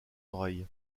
oreille